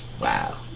Wow